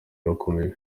irakomeje